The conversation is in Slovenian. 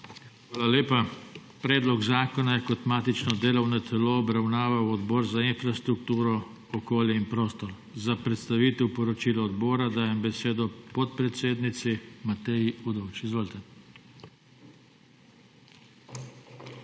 Hvala lepa. Predlog zakona je kot matično delovno telo obravnaval Odbor za infrastrukturo, okolje in prostor. Za predstavitev poročila odbora dajem besedo podpredsednici Mateji Udovč. Izvolite.